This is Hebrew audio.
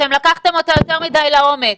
לקחתם אותה יותר מדי לעומק.